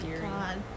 god